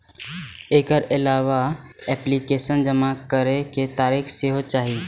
एकर अलावा एप्लीकेशन जमा करै के तारीख सेहो चाही